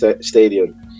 Stadium